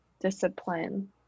discipline